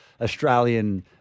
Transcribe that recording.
Australian